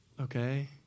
Okay